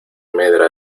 medra